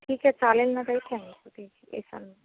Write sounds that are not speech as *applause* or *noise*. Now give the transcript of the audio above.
ठीक आहे चालेल नं *unintelligible* ओके येसान